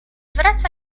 wraca